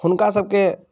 हुनका सबकेँ